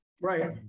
Right